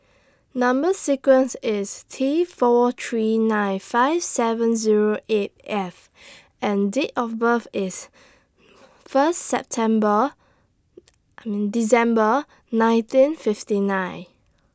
Number sequence IS T four three nine five seven Zero eight F and Date of birth IS First September December nineteen fifty nine